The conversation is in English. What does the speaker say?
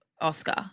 Oscar